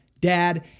dad